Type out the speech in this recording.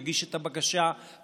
להגיש את הבקשה פעמיים,